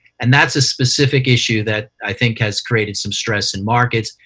and that's a specific issue that i think has created some stress in markets,